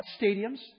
stadiums